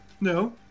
no